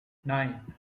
nine